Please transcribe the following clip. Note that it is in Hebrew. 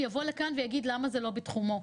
הוא יבוא לכאן ויגיד למה זה לא בתחומו.